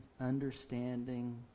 understanding